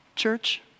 church